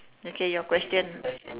okay your question